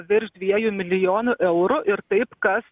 virš dviejų milijonų eurų ir taip kas